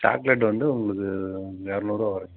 chocolate வந்து உங்களுக்கு இரநூறு ரூபா வருங்க